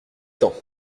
temps